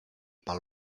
pel